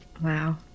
Wow